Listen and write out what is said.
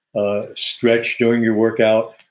ah stretch during your workout.